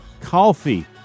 coffee